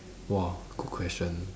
!wah! good question